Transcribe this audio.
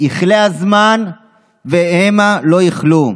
יכלה הזמן והמה לא יכלו.